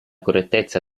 correttezza